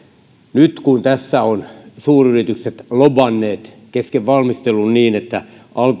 nyt kun tässä ovat suuryritykset lobanneet kesken valmistelun niin että